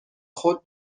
خود